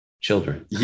children